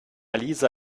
lisa